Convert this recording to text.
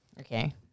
Okay